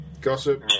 Gossip